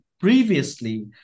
previously